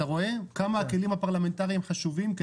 אתה רואה כמה הכלים הפרלמנטריים חשובים?